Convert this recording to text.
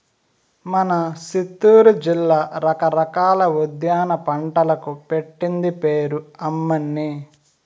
మన సిత్తూరు జిల్లా రకరకాల ఉద్యాన పంటలకు పెట్టింది పేరు అమ్మన్నీ